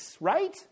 right